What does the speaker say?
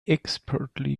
expertly